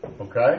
Okay